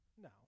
No